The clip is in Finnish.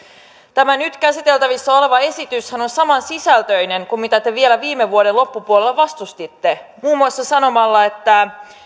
tämä nyt käsiteltävissä oleva esityshän on saman sisältöinen kuin mitä te vielä viime vuoden loppupuolella vastustitte muun muassa sanomalla että